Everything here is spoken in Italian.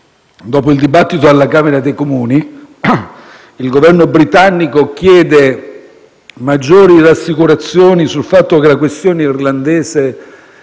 Dopo il dibattito alla Camera dei comuni, il Governo britannico chiede maggiori rassicurazioni sul fatto che la questione irlandese